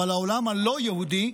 העולם הלא-יהודי,